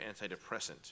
antidepressant